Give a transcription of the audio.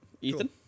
Ethan